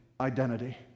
identity